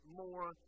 more